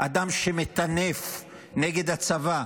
אדם שמטנף נגד הצבא,